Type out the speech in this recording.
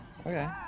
Okay